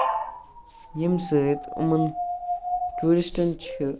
ییٚمہِ سۭتۍ یِمَن کٲشرین چھُ